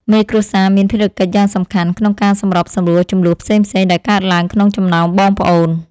មេគ្រួសារមានភារកិច្ចយ៉ាងសំខាន់ក្នុងការសម្របសម្រួលជម្លោះផ្សេងៗដែលកើតឡើងក្នុងចំណោមបងប្អូន។